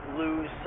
lose